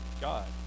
God